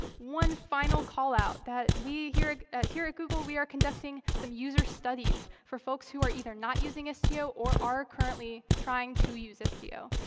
one final callout that we here at here at google, we are conducting some user studies for folks who are either not using istio or are currently trying to use istio.